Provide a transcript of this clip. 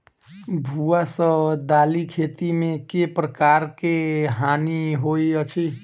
भुआ सँ दालि खेती मे केँ प्रकार केँ हानि होइ अछि?